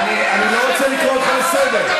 אני לא רוצה לקרוא אותך לסדר.